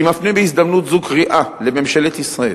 אני מפנה בהזדמנות זאת קריאה לממשלת ישראל